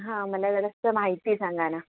हां मला जरासं माहिती सांगा ना